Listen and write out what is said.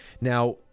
Now